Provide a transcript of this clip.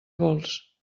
vols